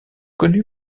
connu